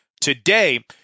today